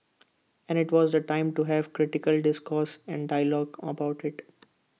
and IT was the time to have critical discourse and dialogue about IT